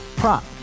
Prop